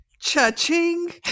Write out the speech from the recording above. Cha-ching